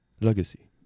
legacy